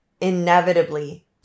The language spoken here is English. inevitably